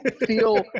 feel